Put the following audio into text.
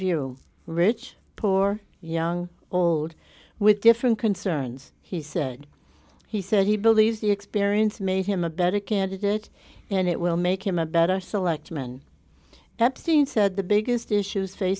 view rich poor young old with different concerns he said he said he believes the experience made him a better candidate and it will make him a better selectman epstein said the biggest issue